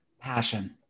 Passion